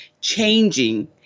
changing